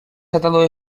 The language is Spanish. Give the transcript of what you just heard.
atado